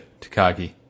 Takagi